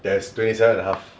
there's twenty seven and a half